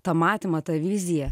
tą matymą tą viziją